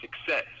success